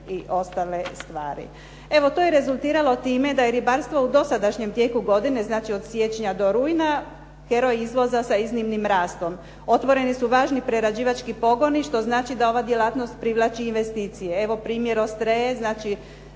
to je rezultiralo time da je ribarstvo u dosadašnjem tijeku godine, znači od siječnja do rujna heroj izvoza sa iznimnim rastom. Otvoreni su važni prerađivački pogoni što znači da ova djelatnost privlači investicije.